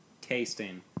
tasting